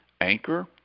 Anchor